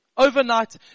Overnight